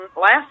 last